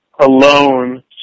alone